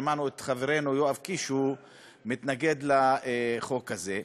שמענו את חברנו יואב קיש שהוא מתנגד לחוק הזה.